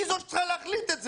היא זו שצריכה להחליט את זה.